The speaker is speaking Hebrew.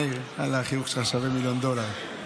מאיר, החיוך שלך שווה מיליון דולר.